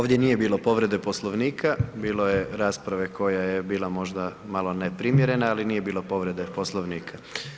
Ovdje nije bilo povrede Poslovnika, bilo je rasprave koja je bila možda malo neprimjerena, ali nije bilo povrede Poslovnika.